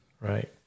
Right